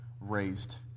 raised